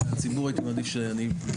מהציבור אני הייתי מעדיף שאינה.